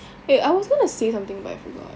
a I was going to say something but I forgot